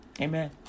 Amen